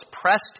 pressed